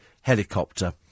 helicopter